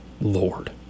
Lord